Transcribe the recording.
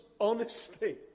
honesty